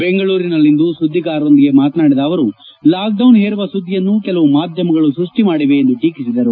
ಬೆಂಗಳೂರಿನಲ್ಲಿಂದು ಸುದ್ದಿಗಾರರೊಂದಿಗೆ ಮಾತನಾಡಿದ ಅವರು ಲಾಕ್ಡೌನ್ ಹೇರುವ ಸುದ್ದಿಯನ್ನು ಕೆಲವು ಮಾಧ್ಯಮಗಳು ಸ್ಪಷ್ಟಿ ಮಾಡಿವೆ ಎಂದು ಟೀಕಿಸಿದರು